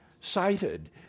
cited